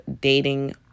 dating